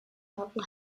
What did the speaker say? novel